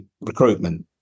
recruitment